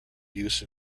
use